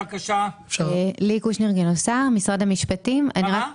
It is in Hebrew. משרד המשפטים.